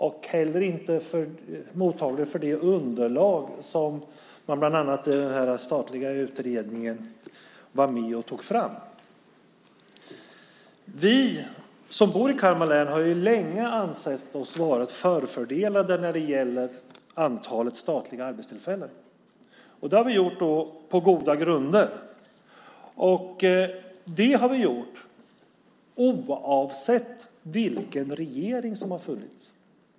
Man är heller inte mottaglig för det underlag som togs fram bland annat i den statliga utredningen. Vi som bor i Kalmar län har länge ansett oss vara förfördelade när det gäller antalet statliga arbetstillfällen. Det har vi gjort på goda grunder och oavsett vilken regering vi har haft.